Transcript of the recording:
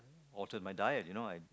altered my diet you know I